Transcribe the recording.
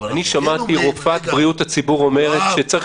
--- שמעתי רופאת בריאות הציבור אומרת שצריך